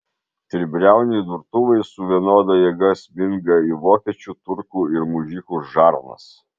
tribriauniai durtuvai su vienoda jėga sminga į vokiečių turkų ir mužikų žarnas